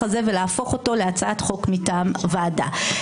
הזה ולהפוך אותו להצעת חוק מטעם הוועדה.